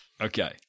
Okay